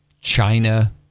China